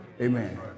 Amen